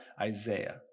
Isaiah